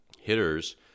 hitters –